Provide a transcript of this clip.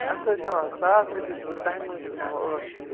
اتھ حظ چھِ ہیٚوان ساس رۅپیہِ تہٕ تُہٕنٛدِ موٗجوٗب ہیٚمو ٲٹھ شیٚتھ